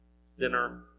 sinner